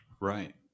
right